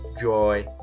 joy